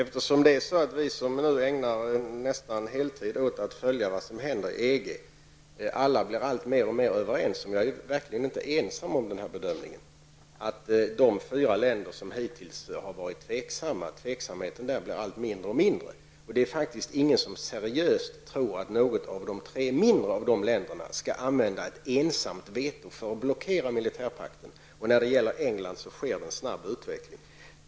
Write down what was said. Herr talman! Vi som nästan på heltid ägnar oss åt att följa vad som händer i EG blir mer och mer överens om -- jag är verkligen inte ensam om denna bedömning -- att de fyra länder som hittills har varit tveksamma blir allt mindre tveksamma. Det är faktiskt ingen som seriöst tror att något av de tre mindre länderna skulle använda ett ensamt veto för att blockera en militärpakt. I England sker nu en snabb utveckling.